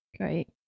Great